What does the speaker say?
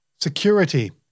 security